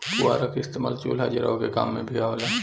पुअरा के इस्तेमाल चूल्हा जरावे के काम मे भी आवेला